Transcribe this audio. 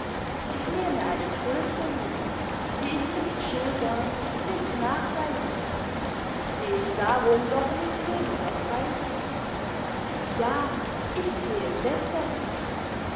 ich nehme eine tröstung mit mir die ich nicht schildern nicht nachweisen kann die ich darum doch nicht weniger preise ja ich gehe besser fort